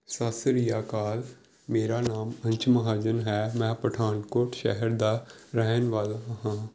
ਸਤਿ ਸ਼੍ਰੀ ਅਕਾਲ ਮੇਰਾ ਨਾਮ ਅੰਸ਼ ਮਹਾਜਨ ਹੈ ਮੈਂ ਪਠਾਨਕੋਟ ਸ਼ਹਿਰ ਦਾ ਰਹਿਣ ਵਾਲਾ ਹਾਂ